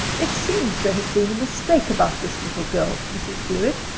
it seems there's been a mistake about this little girl, mrs. blewett,